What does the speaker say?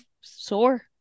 soar